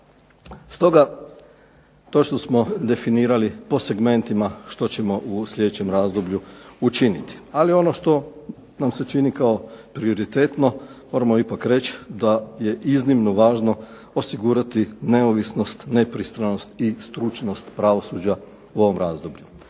Stoga točno smo definirali po segmentima što ćemo u sljedećem razdoblju učiniti. Ali ono što nam se čini kao prioritetno moramo ipak reći da je iznimno važno osigurati neovisnost, nepristranost i stručnost pravosuđa u ovom razdoblju.